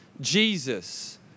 Jesus